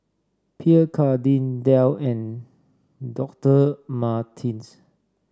Pierre Cardin Dell and Doctor Martens